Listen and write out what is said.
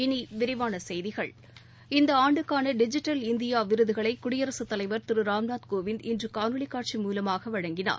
இனி விரிவான செய்திகள் இந்த ஆண்டுக்கான டிஜிட்டல் இந்தியா விருதுகளை குடியரசுத் தலைவா் திரு ராம்நாத் கோவிந்த் இன்று காணொலி காட்சி மூலமாக வழங்கினார்